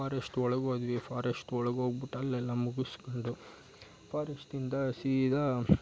forest ಒಳಗೆ ಹೋದ್ವಿ forest ಒಳಗೆ ಹೋಗ್ಬಿಟ್ಟ ಅಲ್ಲೆಲ್ಲ ಮುಗಿಸ್ಕೊಂಡು ಫಾರೆಸ್ಟ್ನಿಂದ ಸೀದಾ